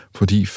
fordi